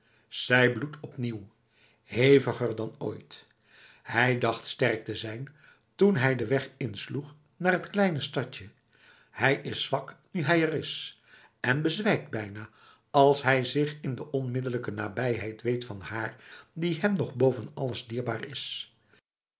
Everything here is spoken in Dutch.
zij bloedt opnieuw heviger dan ooit hij dacht sterk te zijn toen hij den weg insloeg naar t kleine stadje hij is zwak nu hij er is en bezwijkt bijna als hij zich in de onmiddellijke nabijheid weet van haar die hem nog boven alles dierbaar is